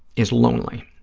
is lonely,